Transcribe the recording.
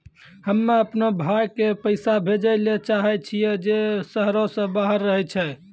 हम्मे अपनो भाय के पैसा भेजै ले चाहै छियै जे शहरो से बाहर रहै छै